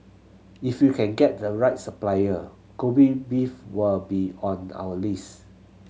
if you can get the right supplier Kobe beef will be on our list